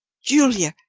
julia,